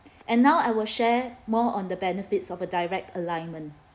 and now I will share more on the benefits of a direct alignment